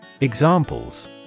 Examples